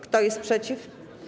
Kto jest przeciw?